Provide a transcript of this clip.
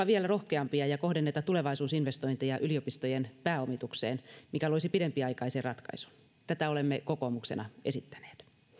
vielä rohkeampia ja kohdenneta tulevaisuusinvestointeja yliopistojen pääomitukseen mikä loisi pidempiaikaisen ratkaisun tätä olemme kokoomuksena esittäneet